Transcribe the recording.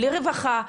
בלי רווחה,